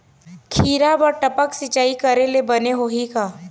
खिरा बर टपक सिचाई करे ले बने होही का?